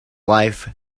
life